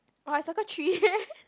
oh I circle three